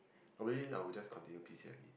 or maybe I will just continue P C M E